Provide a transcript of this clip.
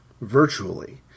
virtually